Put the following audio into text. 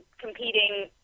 competing